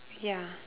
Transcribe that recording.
ya